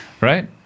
Right